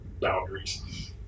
boundaries